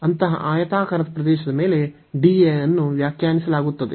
ಅಂತಹ ಆಯತಾಕಾರದ ಪ್ರದೇಶದ ಮೇಲೆ dA ಅನ್ನು ವ್ಯಾಖ್ಯಾನಿಸಲಾಗುತ್ತದೆ